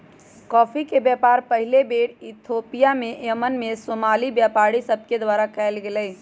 coffee के व्यापार पहिल बेर इथोपिया से यमन में सोमाली व्यापारि सभके द्वारा कयल गेलइ